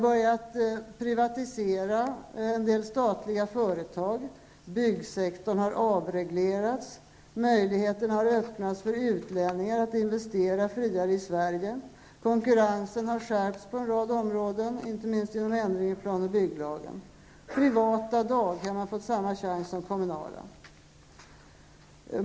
En privatisering av de statliga företagen har inletts, byggsektorn har avreglerats, möjligheterna har öppnats för utlänningar att friare investera i Sverige, konkurrensen har skärpts på en rad områden, inte minst genom en ändring i plan och bygglagen. Privata daghem har fått samma chans som kommunala daghem.